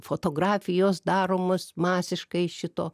fotografijos daromos masiškai šito